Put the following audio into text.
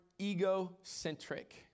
egocentric